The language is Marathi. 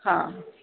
हां